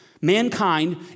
mankind